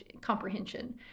comprehension